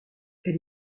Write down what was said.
elle